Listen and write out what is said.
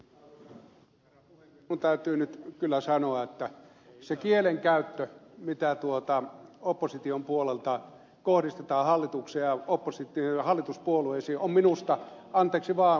minun täytyy nyt kyllä sanoa että se kielenkäyttö mitä opposition puolelta kohdistetaan hallitukseen ja hallituspuolueisiin on minusta anteeksi vaan ed